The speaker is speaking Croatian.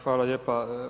Hvala lijepa.